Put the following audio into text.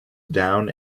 down